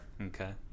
Okay